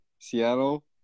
Seattle